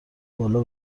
بالا